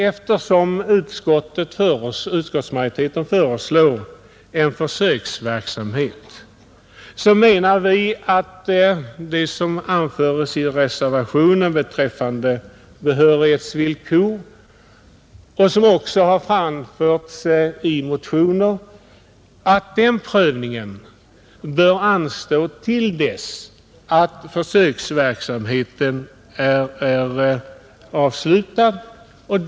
Eftersom utskottet föreslår en försöksverksamhet så anser majoriteten att prövningen av vad som anföres i motionen 1404 och även i reservationen 2 beträffande behörighetsvillkor bör anstå till dess försöksverksamheten är avslutad.